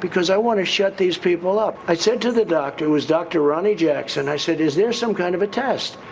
because i wanna shut these people up. i said to the doctor, who was dr. ronny jackson, i said, is there some kind of a test,